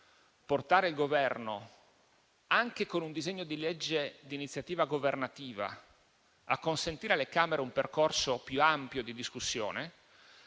portare il Governo, anche con un disegno di legge di iniziativa governativa, a consentire alle Camere di realizzare un percorso più ampio di discussione.